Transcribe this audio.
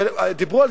ודיברו,